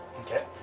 Okay